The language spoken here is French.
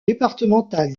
départemental